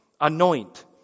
anoint